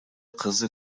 кызы